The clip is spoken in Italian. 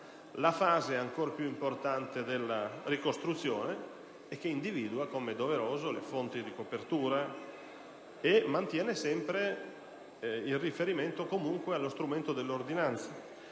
la fase, ancora più importante, della ricostruzione, che individua, com'è doveroso, le fonti di copertura e mantiene sempre il riferimento allo strumento dell'ordinanza,